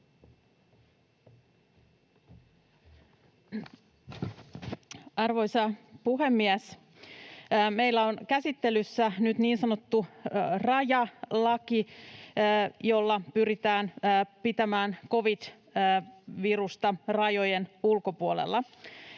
Arvoisa puhemies! Meillä on käsittelyssä nyt niin sanottu rajalaki, jolla pyritään pitämään covid-virusta rajojen ulkopuolella.